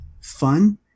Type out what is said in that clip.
fun